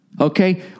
Okay